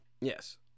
Yes